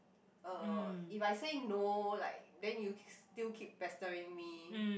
uh if I say no like then you still keep pestering me